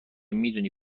میدونی